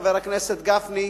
חבר הכנסת גפני,